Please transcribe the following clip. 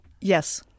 Yes